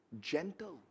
Gentle